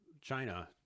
China